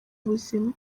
ubuzima